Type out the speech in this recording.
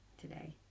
today